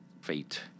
fate